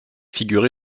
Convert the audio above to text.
figuré